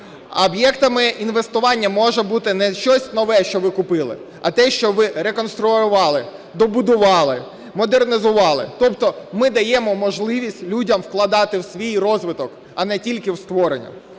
об'єктами інвестування може бути не щось нове, що ви купили, а те, що ви реконструювали, добудували, модернізували, тобто ми даємо можливість людям вкладати в свій розвиток, а не тільки в створення.